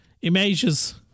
images